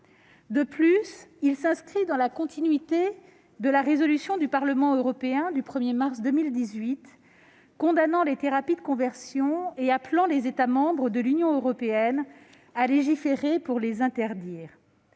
De plus, il s'inscrit dans la continuité de la résolution du Parlement européen du 1 mars 2018 condamnant les thérapies de conversion et appelant les États membres de l'Union européenne à légiférer pour les interdire.